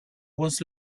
was